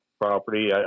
property